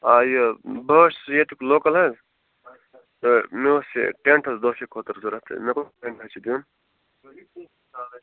آ یہِ بہٕ حظ چھُس ییٚتُک لوکل حظ تہٕ مےٚ اوس یہِ ٹٮ۪نٛٹ حظ دۄہس خٲطرٕ ضروٗرت تہٕ مےٚ دوٚپ تۄہہِ ما چھُ دیُن